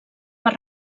per